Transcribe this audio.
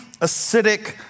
acidic